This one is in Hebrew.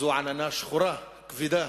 זאת עננה שחורה וכבדה,